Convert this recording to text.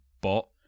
bot